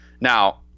now